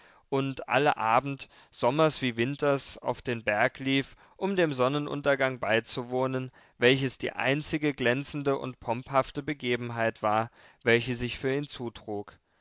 und alle abend sommers wie winters auf den berg lief um dem sonnenuntergang beizuwohnen welches die einzige glänzende und pomphafte begebenheit war welche sich für ihn zutrug